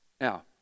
Now